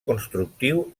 constructiu